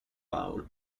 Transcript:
bowl